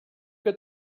que